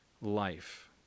life